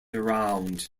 around